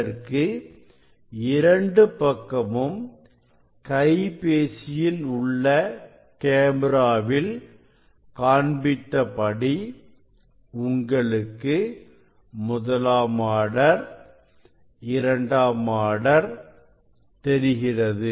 அதற்கு இரண்டு பக்கமும் கைபேசியில் உள்ள கேமிராவில் காண்பித்தபடி உங்களுக்கு முதலாம் ஆர்டர் இரண்டாம் ஆர்டர் தெரிகிறது